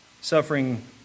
Suffering